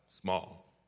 small